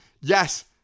yes